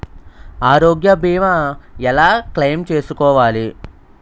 ఆరోగ్య భీమా ఎలా క్లైమ్ చేసుకోవాలి?